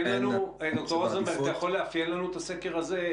ד"ר רוזנברג, אתה יכול לאפיין לנו את הסקר הזה?